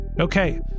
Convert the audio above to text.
Okay